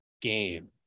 game